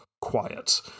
quiet